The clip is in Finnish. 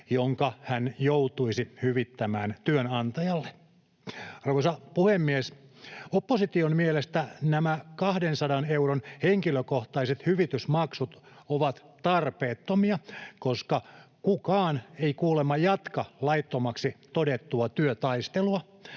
jonka hän joutuisi hyvittämään työnantajalle. Arvoisa puhemies! Opposition mielestä nämä 200 euron henkilökohtaiset hyvitysmaksut ovat tarpeettomia, koska kukaan ei kuulemma jatka laittomaksi todettua työtaistelua.